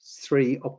three